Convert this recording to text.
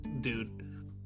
dude